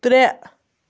ترٛےٚ